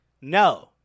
no